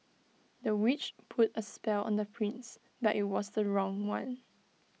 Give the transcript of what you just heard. the witch put A spell on the prince but IT was the wrong one